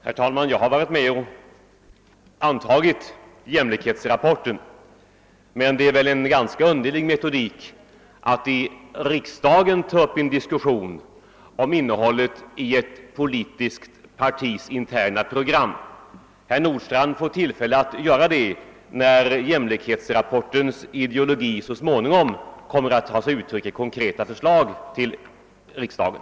Herr talman! Jag har varit med om att godkänna jämlikhetsrapporten, men jag tycker det är en underlig metodik att i riksdagen dra upp en diskussion om innehållet i ett politiskt partis program. Herr Nordstrandh får tilifälle att göra det när jämlikhetsrapportens ideologi så småningom tar sig uttryck i konkreta förslag till riksdagen.